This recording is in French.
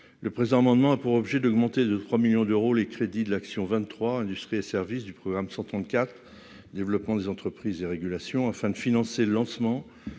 le présent amendement a pour objet d'augmenter de 3 millions d'euros, les crédits de l'action 23 industries et services du programme 134. Développement des entreprises et régulations afin de financer le lancement